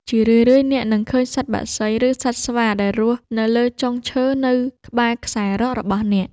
ជារឿយៗអ្នកនឹងឃើញសត្វបក្សី ឬសត្វស្វាដែលរស់នៅលើចុងឈើនៅក្បែរខ្សែរ៉ករបស់អ្នក។